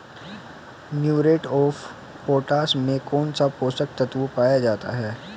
Muriate of potash में कौन सा पोषक तत्व पाया जाता है?